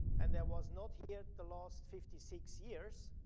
and there was not yet the last fifty six years,